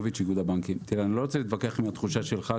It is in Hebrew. אני לא רוצה להתווכח עם התחושה שלך,